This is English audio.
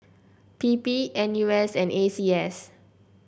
P P N U S and A C S